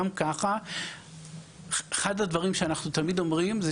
גם ככה אחד הדברים שאנחנו תמיד אומרים זה